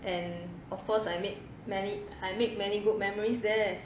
and of course I made many I make many good memories there